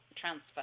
transfer